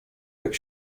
jak